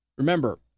Remember